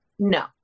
No